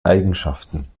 eigenschaften